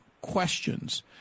questions